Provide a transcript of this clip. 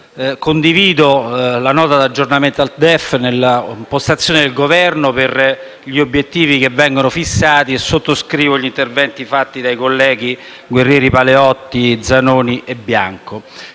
condivido la Nota di aggiornamento al DEF nell'impostazione del Governo per gli obiettivi che vengono fissati e sottoscrivo gli interventi svolti dai colleghi Guerrieri Paleotti, Zanoni e Bianco.